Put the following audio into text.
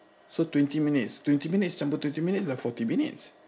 so twenty minutes twenty minutes campur twenty minutes sudah forty minutes